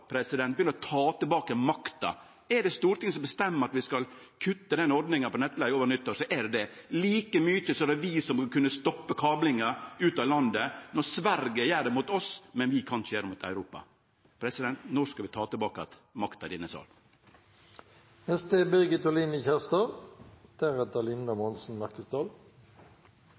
å ta tilbake makta? Er det Stortinget som bestemmer at vi skal kutte den ordninga på nettleige over nyttår, så er det det, like mykje som at det er vi som vil kunne stoppe kablinga ut av landet. Når Sverige gjer det mot oss, men vi kan ikkje gjere det mot Europa: Når skal vi ta tilbake makta i denne